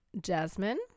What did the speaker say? Jasmine